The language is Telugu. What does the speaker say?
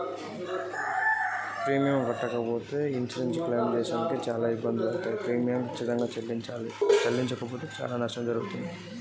ప్రీమియం చెల్లించకపోతే ఏమైనా నష్టాలు కలుగుతయా?